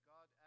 God